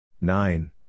nine